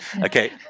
Okay